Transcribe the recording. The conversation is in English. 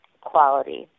quality